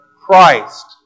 Christ